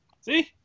See